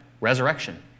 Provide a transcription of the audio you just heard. Resurrection